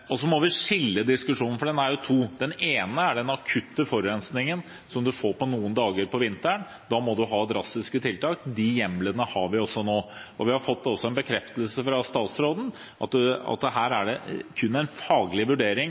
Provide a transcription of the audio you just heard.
Så må vi skille diskusjonen, for det er jo to. Den ene gjelder den akutte forurensningen som man får noen dager om vinteren. Da må man ha drastiske tiltak. De hjemlene har vi nå. Vi har også fått en bekreftelse fra statsråden om at her er det kun en faglig vurdering